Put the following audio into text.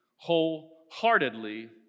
wholeheartedly